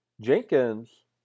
Jenkins